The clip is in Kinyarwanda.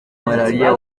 malariya